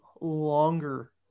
longer